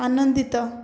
ଆନନ୍ଦିତ